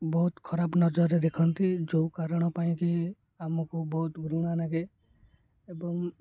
ବହୁତ ଖରାପ ନଜରରେ ଦେଖନ୍ତି ଯେଉଁ କାରଣ ପାଇଁକି ଆମକୁ ବହୁତ ଘୃଣା ଲାଗେ ଏବଂ